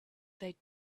they